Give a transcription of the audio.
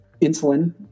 insulin